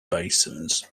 basins